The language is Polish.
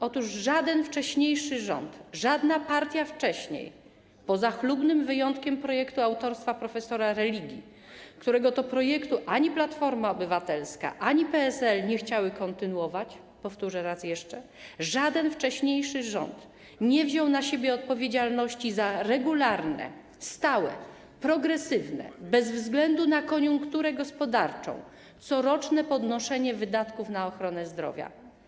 Otóż żaden wcześniejszy rząd, żadna partia wcześniej - poza chlubnym wyjątkiem projektu autorstwa prof. Religi, którego to projektu ani Platforma Obywatelska, ani PSL nie chciały kontynuować - powtórzę raz jeszcze: żaden wcześniejszy rząd nie wziął na siebie odpowiedzialności za regularne, stałe, progresywne, bez względu na koniunkturę gospodarczą coroczne podnoszenie wydatków na ochronę zdrowia.